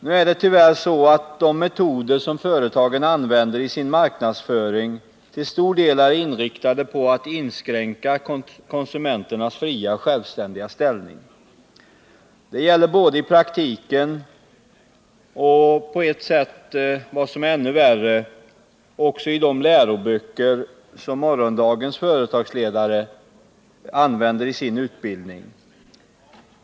Nu är det tyvärr så att de metoder som företagen använder i sin marknadsföring till stor del är inriktade på att inskränka konsumenternas fria och självständiga ställning. Det gäller både i praktiken och — vad värre är — i de läroböcker som morgondagens företagsledare använder i sin utbildning.